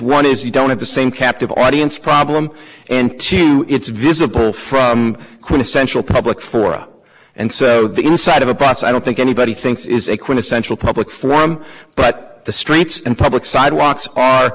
one is you don't have the same captive audience problem and it's visible from quintessential public fora and so the inside of a boss i don't think anybody thinks is a quintessential public forum but the streets and public sidewalks are